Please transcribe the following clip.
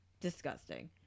disgusting